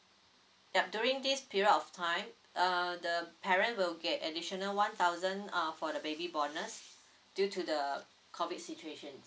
yup during this period of time uh the parent will get additional one thousand uh for the baby bonus due to the COVID situation